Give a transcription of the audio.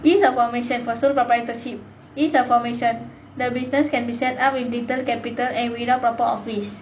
these are what makes sense for sole proprietorship these are formation the business can present with little capital and without proper office